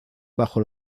bajo